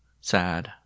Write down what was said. sad